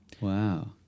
Wow